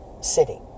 city